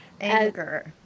Anger